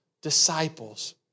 disciples